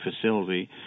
facility